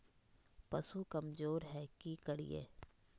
पशु कमज़ोर है कि करिये?